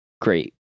great